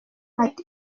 ati